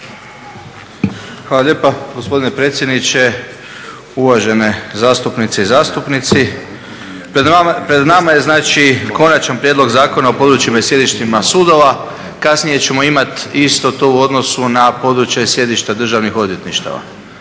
Hvala lijepa gospodine predsjedniče. Uvažene zastupnice i zastupnici, pred nama je znači Konačan prijedlog zakona o područjima i sjedištima sudova. Kasnije ćemo imati isto to u odnosu na područja i sjedišta državnih odvjetništava.